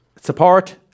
support